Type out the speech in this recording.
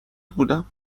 بودم